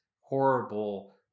horrible